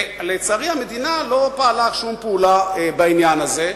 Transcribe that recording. ולצערי המדינה לא פעלה שום פעולה בעניין הזה,